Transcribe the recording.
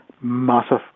massive